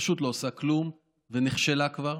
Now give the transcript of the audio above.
שפשוט לא עושה כלום ונכשלה כבר,